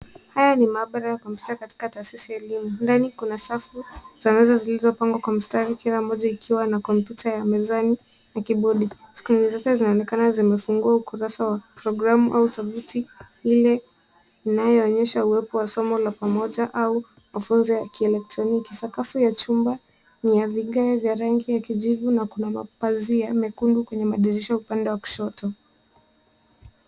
Hili ni chumba cha kompyuta kilicho na mabara na mashine mbalimbali. Kwenye safu moja kuna kompyuta za mezani zenye kibodi. Kompyuta zote zinaonyesha programu na vipengele vinavyotumika kwa mafunzo ya somo la kompyuta au elektroniki. Ukumbi wa chumba huu umewekwa vizuri, ukiwa na mapazia mekundu kwenye dirisha upande wa kushoto